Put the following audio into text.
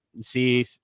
see